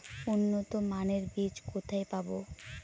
উন্নতমানের বীজ কোথায় পাব?